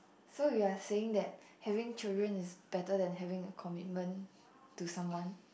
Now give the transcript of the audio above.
so you're saying that having children is better than having a commitment to someone